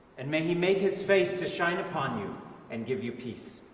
and may he make his face to shine upon you and give you peace.